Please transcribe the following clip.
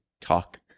talk